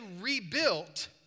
rebuilt